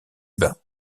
bain